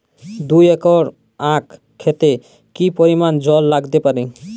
দুই একর আক ক্ষেতে কি পরিমান জল লাগতে পারে?